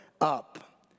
up